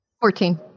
Fourteen